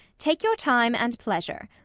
take your time, and pleasure.